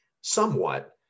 somewhat